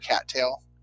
Cattail